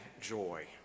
joy